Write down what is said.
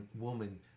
woman